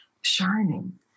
shining